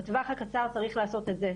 בטווח הקצר צריך לעשות את זה,